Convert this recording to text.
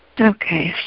Okay